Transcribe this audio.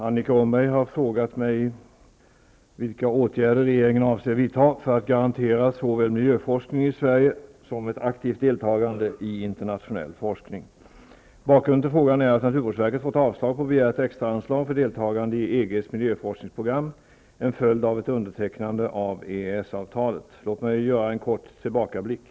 Herr talman! Annika Åhnberg har frågat mig vilka åtgärder regeringen avser vidta för att garantera såväl miljöforskningen i Sverige som ett aktivt deltagande i internationell forskning. Bakgrunden till frågan är att naturvårdsverket fått avslag på begärt extraanslag för deltagande i EG:s miljöforskningsprogram -- en följd av ett undertecknande av EES-avtalet. Låt mig göra en kort tillbakablick.